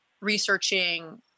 researching